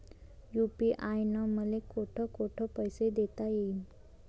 UPI न मले कोठ कोठ पैसे देता येईन?